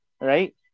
right